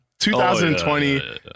2020